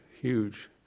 huge